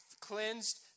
cleansed